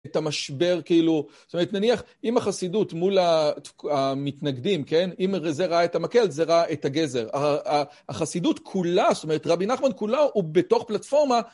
את המשבר כאילו, זאת אומרת נניח אם החסידות מול המתנגדים כן, אם זה ראה את המקל זה ראה את הגזר, החסידות כולה, זאת אומרת רבי נחמן כולה הוא בתוך פלטפורמה